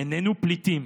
איננו פליטים.